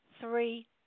three